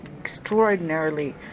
extraordinarily